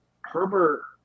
Herbert